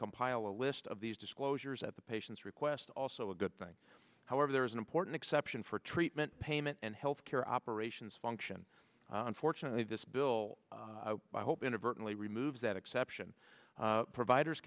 compile a list of these disclosures at the patient's request also a good thing however there is an important exception for treatment payment and health care operations function unfortunately this bill i hope inadvertently removes that exception providers